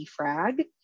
defrag